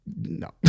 No